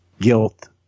guilt